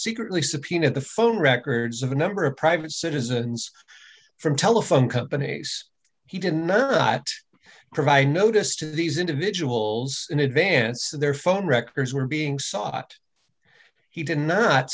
secretly subpoena the phone records of a number of private citizens from telephone companies he did not provide notice to these individuals in advance their phone records were being sought he did not